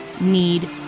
need